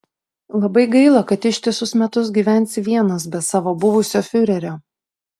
labai gaila kad ištisus metus gyvensi vienas be savo buvusio fiurerio